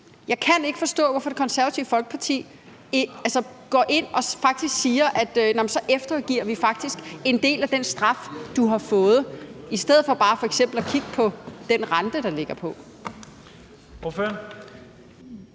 Jeg kan ikke forstå, hvorfor Det Konservative Folkeparti går ind og faktisk siger: Nå, men så eftergiver vi en del af den straf, du har fået. Det gør man i stedet for f.eks. bare at kigge på den rente, der er på